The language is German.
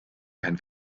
kein